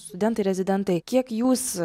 studentai rezidentai kiek jus